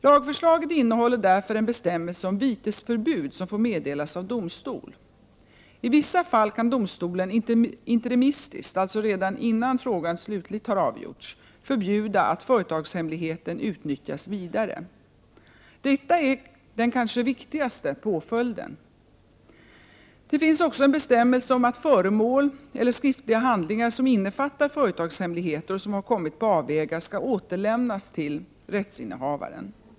Lagförslaget innehåller därför en bestämmelse om vitesförbud som får meddelas av domstol. I vissa fall kan domstolen interimistiskt — alltså redan innan frågan slutligt har avgjorts — förbjuda att företagshemligheten utnyttjas vidare. Detta är den kanske viktigaste påföljden. Det finns också en bestämmelse om att föremål eller skriftliga handlingar som innefattar företagshemligheter och som har kommit på avvägar skall återlämnas till rättsinnehavaren.